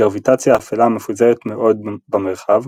הגרביטציה האפלה מפוזרת מאוד במרחב,